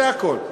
זה הכול.